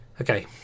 Okay